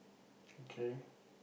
okay